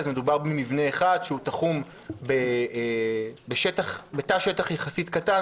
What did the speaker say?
מדובר במבנה אחד שהוא תחום בתא שטח יחסית קטן,